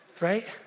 right